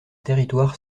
territoire